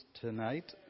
tonight